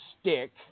stick